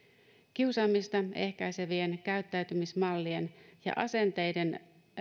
kiusaamista ehkäisevien käyttäytymismallien ja asenteiden